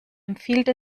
empfiehlt